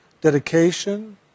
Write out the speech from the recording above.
dedication